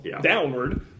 downward